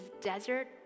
desert